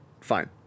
Fine